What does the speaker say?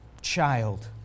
child